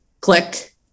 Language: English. click